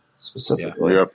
Specifically